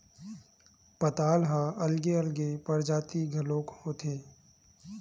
पताल ह अलगे अलगे परजाति घलोक होथे